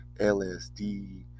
LSD